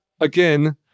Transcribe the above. again